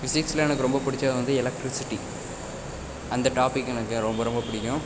ஃபிசிக்ஸில் எனக்கு ரொம்ப பிடிச்சது வந்து எலெக்ட்ரிசிட்டி அந்த டாப்பிக் எனக்கு ரொம்ப ரொம்ப பிடிக்கும்